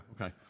Okay